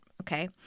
okay